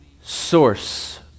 source